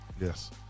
Yes